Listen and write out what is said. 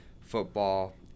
football